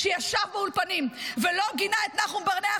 שישב באולפנים ולא גינה את נחום ברנע,